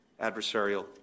adversarial